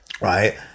right